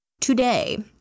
today